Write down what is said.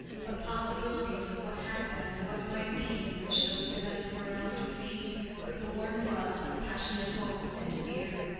but possibilities of what had been and what might be which those events were enough to feed with the warm blood of passionate hope and fear.